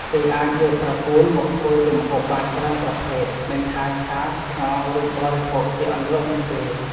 គេអាចយកត្រកួនមកធ្វើជាម្ហូបបានច្រើនប្រភេទ មិនថាឆា ស្ងោរ ឬបរិភោគជាអន្លក់នោះទេ។